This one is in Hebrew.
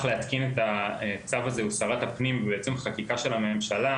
להתקין את הצו הזה הוא שרת הפנים וזו בעצם חקיקה של הממשלה,